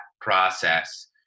process